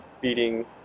beating